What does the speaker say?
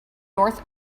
north